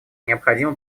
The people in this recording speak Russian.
необходимо